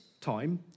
time